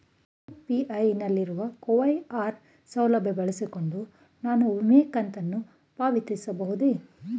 UPI ನಲ್ಲಿರುವ QR ಸೌಲಭ್ಯ ಬಳಸಿಕೊಂಡು ನಾನು ವಿಮೆ ಕಂತನ್ನು ಪಾವತಿಸಬಹುದೇ?